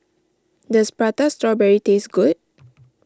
does Prata Strawberry taste good